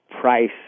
price